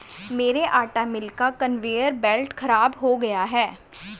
मेरे आटा मिल का कन्वेयर बेल्ट खराब हो गया है